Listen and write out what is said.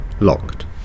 locked